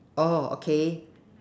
oh okay